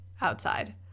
outside